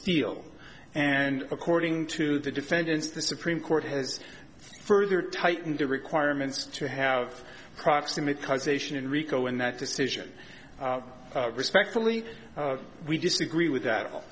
steel and according to the defendants the supreme court has further tightened the requirements to have proximate cause ation in rico and that decision respectfully we disagree with that all